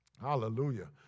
hallelujah